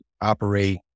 operate